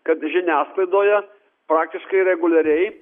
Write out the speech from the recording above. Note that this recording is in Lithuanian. kad žiniasklaidoje praktiškai reguliariai